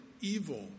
evil